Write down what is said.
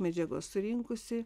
medžiagos surinkusi